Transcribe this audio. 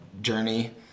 journey